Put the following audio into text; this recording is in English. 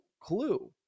clue